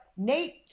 nate